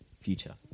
Future